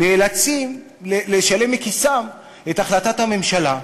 נאלצים לשלם מכיסם את החלטת הממשלה.